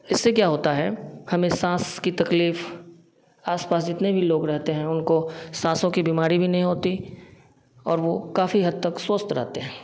इससे क्या होता है हमें सांस की तकलीफ आस पास जितने भी लोग रहते हैं उनको सांसों की बीमारी भी नहीं होती और वो काफ़ी हद तक स्वस्थ रहते हैं